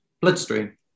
bloodstream